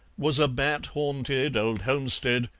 was a bat-haunted old homestead,